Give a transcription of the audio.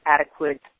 adequate